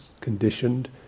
conditioned